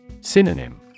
Synonym